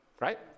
Right